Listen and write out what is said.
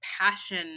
passion